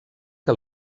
que